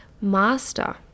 master